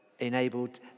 enabled